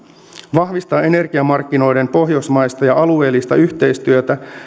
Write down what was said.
vahvistaa energiamarkkinoiden pohjoismaista ja alueellista yhteistyötä